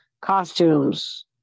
costumes